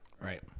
Right